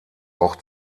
auch